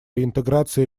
реинтеграции